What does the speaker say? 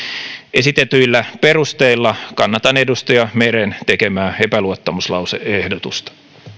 esitetyillä perusteilla kannatan edustaja meren tekemää epäluottamuslause ehdotusta